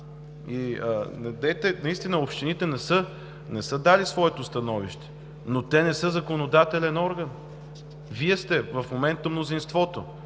Наистина общините не са дали своето становище, но те не са законодателен орган. В момента Вие сте мнозинството